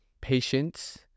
Patience